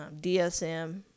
DSM